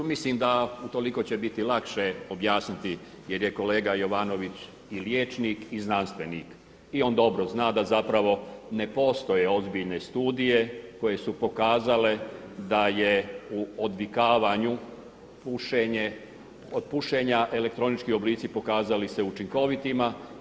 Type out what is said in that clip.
Mislim da utoliko će biti lakše objasniti jer je kolega Jovanović i liječnik i znanstvenik i on dobro zna da zapravo ne postoje ozbiljne studije koje su pokazale da je u odvikavanju pušenja elektronički oblici pokazali se učinkovitima.